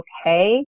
okay